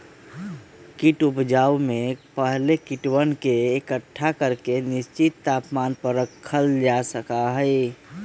कीट उपजाऊ में पहले कीटवन के एकट्ठा करके निश्चित तापमान पर रखल जा हई